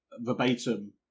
verbatim